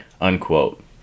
Unquote